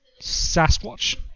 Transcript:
Sasquatch